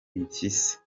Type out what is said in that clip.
impyisi